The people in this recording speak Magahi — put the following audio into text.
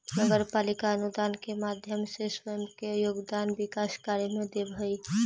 नगर पालिका अनुदान के माध्यम से स्वयं के योगदान विकास कार्य में देवऽ हई